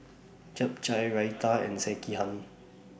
Japchae Raita and Sekihan